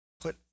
Put